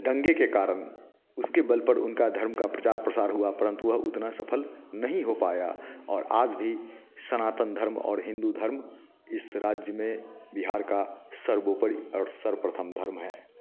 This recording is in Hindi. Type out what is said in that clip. दंगे के कारण उसके बल पर उनके धर्म का प्रचार प्रसार हुआ परंतु वह उतना सफल नहीं हो पाया और आज भी सनातन धर्म और हिंदू धर्म इस राज्य में बिहार का सर्वोपरी और सर्वप्रथम धर्म है